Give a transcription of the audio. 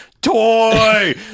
toy